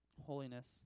holiness